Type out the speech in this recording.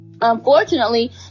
unfortunately